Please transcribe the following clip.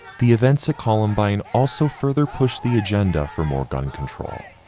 the events at columbine also further pushed the agenda for more gun control.